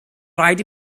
rhaid